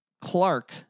Clark